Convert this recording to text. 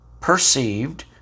perceived